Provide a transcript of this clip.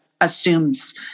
assumes